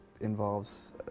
involves